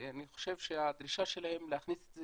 אני חושב שהדרישה שלהם להכניס את זה